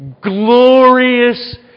glorious